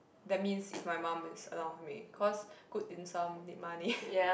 that means if my mum is allow me cause good dim-sum need money